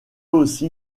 aussi